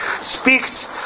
speaks